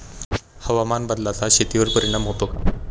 हवामान बदलाचा शेतीवर परिणाम होतो का?